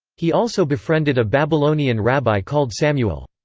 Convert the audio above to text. he also befriended a babylonian rabbi called samuel.